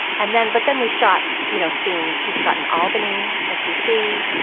and then. but then we shot you know scenes we shot in albany as dc